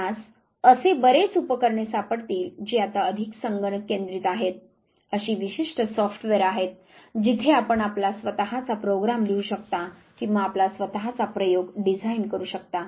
आपणास असे बरेच उपकरणे सापडतील जी आता अधिक संगणक केंद्रीत आहेत अशी विशिष्ट सॉफ्टवेअर आहेत जिथे आपण आपला स्वतःचा प्रोग्राम लिहू शकता किंवा आपला स्वतःचा प्रयोग डिझाईन करू शकता